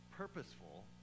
purposeful